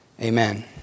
Amen